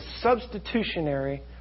substitutionary